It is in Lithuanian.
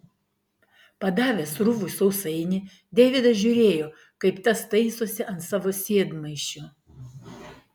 padavęs rufui sausainį deividas žiūrėjo kaip tas taisosi ant savo sėdmaišio